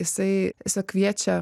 jisai tiesiog kviečia